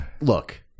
look